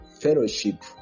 fellowship